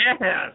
Yes